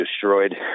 destroyed